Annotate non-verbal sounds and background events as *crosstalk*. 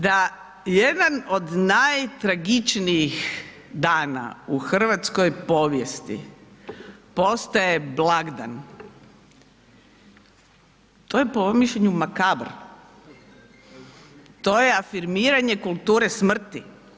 Da jedan od najtragičnijih dana u hrvatskoj povijesti postaje blagdan, to je po mom mišljenju, ... *unintelligible* to je afirmiranje kulture smrti.